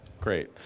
great